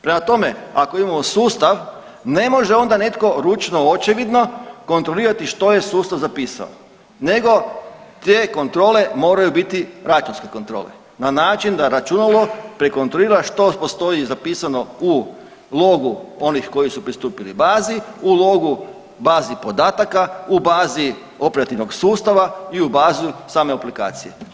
Prema tome, ako imamo sustav ne može onda netko ručno očevidno kontrolirati što je sustav zapisao, nego te kontrole moraju biti računske kontrole na način da računalo prekontrolira što postoji zapisano u logu onih koji su pristupili bazi, u logu bazi podataka, u bazi operativnog sustava i u bazi same aplikacije.